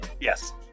Yes